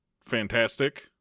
Fantastic